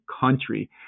country